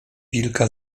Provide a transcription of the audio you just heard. wilka